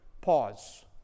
Pause